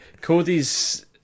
Cody's